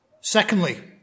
Secondly